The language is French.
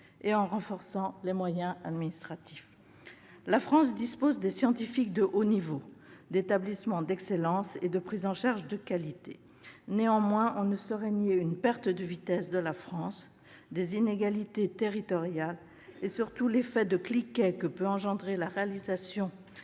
et en renforçant les moyens administratifs. La France dispose de scientifiques de haut niveau, d'établissements d'excellence et de prises en charge de qualité. Néanmoins, on ne saurait nier une perte de vitesse de notre pays, des inégalités territoriales et, surtout, l'effet de cliquet que peut engendrer la réalisation